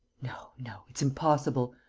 no, no, it's impossible,